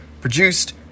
produced